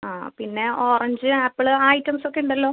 ആ പിന്നെ orange apple ആ ഐറ്റംസ് ഒക്കെ ഉണ്ടല്ലോ